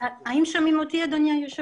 אני מברכת על הדיון הזה.